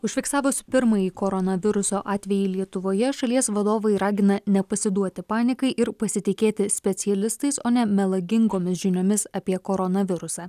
užfiksavus pirmąjį koronaviruso atvejį lietuvoje šalies vadovai ragina nepasiduoti panikai ir pasitikėti specialistais o ne melagingomis žiniomis apie koronavirusą